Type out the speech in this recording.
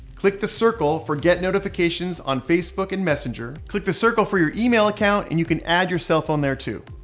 click the circle for get notifications on facebook and messenger. click the circle for your email account and you can add yourself on there too.